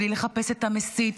בלי לחפש את המסית,